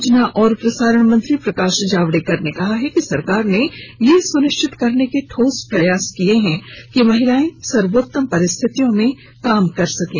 सूचना और प्रसारण मंत्री प्रकाश जावडेकर ने कहा है कि सरकार ने ये सुनिश्चित करने के ठोस प्रयास किये हैं कि महिलाए सर्वोत्तम परिस्थितियों में काम कर सकें